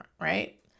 right